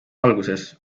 alguses